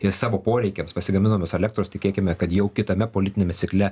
ir savo poreikiams pasigaminamos elektros tikėkime kad jau kitame politiniame cikle